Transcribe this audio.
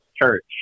church